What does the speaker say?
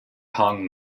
hong